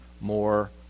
more